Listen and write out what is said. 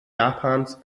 japans